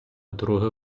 друге